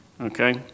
Okay